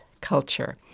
culture